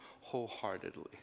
wholeheartedly